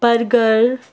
burger